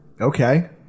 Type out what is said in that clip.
Okay